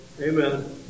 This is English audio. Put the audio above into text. Amen